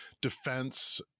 defense